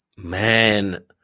Man